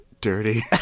dirty